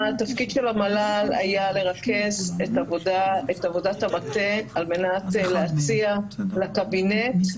התפקיד של המל"ל היה לרכז את עבודת המטה על מנת להציע לקבינט את